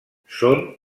són